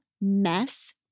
Mess